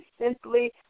simply